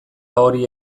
hori